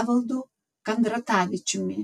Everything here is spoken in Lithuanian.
evaldu kandratavičiumi